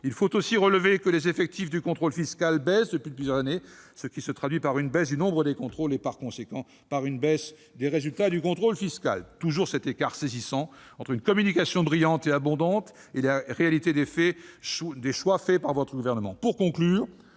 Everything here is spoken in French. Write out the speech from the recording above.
Il faut aussi relever que les effectifs du contrôle fiscal baissent depuis plusieurs années, ce qui se traduit par une baisse du nombre des contrôles et, par conséquent, par une baisse des résultats du contrôle fiscal : toujours cet écart saisissant entre une communication brillante et abondante et la réalité des choix faits par votre gouvernement